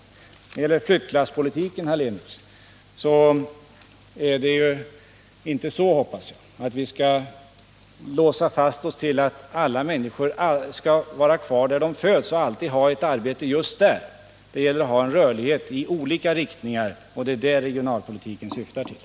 När det gäller flyttlasspolitiken hoppas jag att vi inte skall låsa oss fast vid en uppfattning att alla människor skall vara kvar där de föds och alltid ha ett arbete just där. Det gäller att ha en rörlighet i olika riktningar, och det är detta regionalpolitiken syftar till.